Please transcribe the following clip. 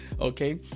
okay